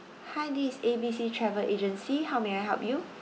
hi this is A B C travel agency how may I help you